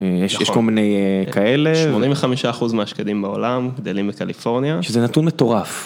יש כל מיני כאלה. 85% מהשקדים בעולם גדלים בקליפורניה. שזה נתון מטורף.